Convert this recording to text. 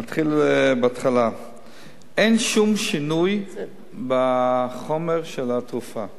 נתחיל בהתחלה, אין שום שינוי בחומר של התרופה,